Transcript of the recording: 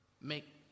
make